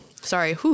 Sorry